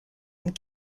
and